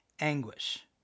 anguish